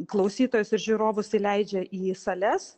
klausytojus ir žiūrovus įleidžia į sales